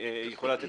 היא יכולה את המספרים,